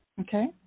Okay